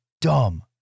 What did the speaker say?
dumb